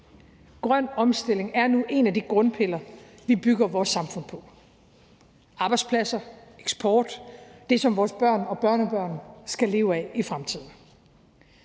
Grøn omstilling er nu en af de grundpiller, vi bygger vores samfund på – arbejdspladser, eksport, det, som vores børn og børnebørn skal leve af i fremtiden.